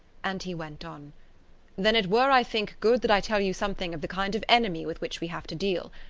and he went on then it were, i think good that i tell you something of the kind of enemy with which we have to deal.